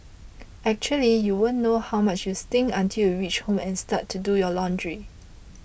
actually you won't know how much you stink until you reach home and start to do your laundry